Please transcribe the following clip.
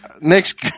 Next